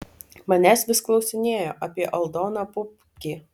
manęs vis klausinėjo apie aldoną pupkį